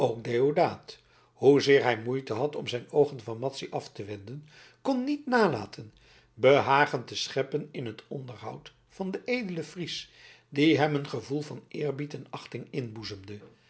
ook deodaat hoezeer hij moeite had om zijn oogen van madzy af te wenden kon niet nalaten behagen te scheppen in het onderhoud van den edelen fries die hem een gevoel van eerbied en achting